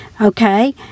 Okay